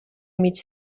mig